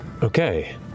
Okay